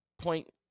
point